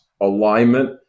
alignment